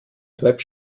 web